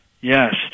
yes